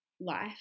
life